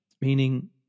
meaning